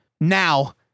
now